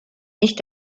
nicht